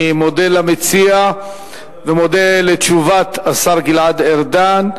אני מודה למציע ומודה על תשובת השר גלעד ארדן.